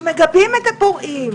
שמגבים את הפרועים.